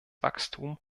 wachstum